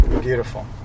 Beautiful